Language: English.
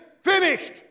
finished